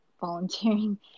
volunteering